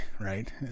right